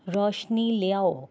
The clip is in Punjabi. ਰੋਸ਼ਨੀ ਲਿਆਓ